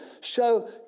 show